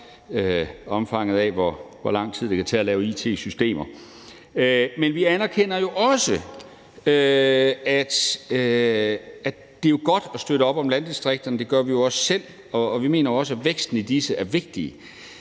omfanget af, hvor lang tid det kan tage at lave it-systemer. Vi anerkender jo også, at det er godt at støtte op om landdistrikterne. Det gør vi jo også selv. Og vi mener også, at væksten i disse er vigtig.